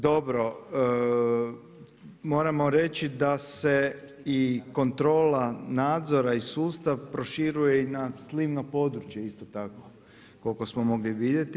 Dobro, moramo reći da se i kontrola nadzora i sustav proširuje i na slivno područje isto tako, koliko smo mogli vidjeti.